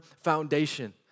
foundation